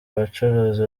abacuruzi